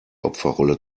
opferrolle